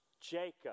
Jacob